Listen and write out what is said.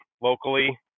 locally